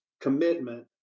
commitment